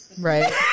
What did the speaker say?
Right